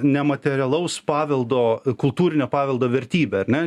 nematerialaus paveldo kultūrinio paveldo vertybe ar ne